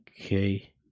okay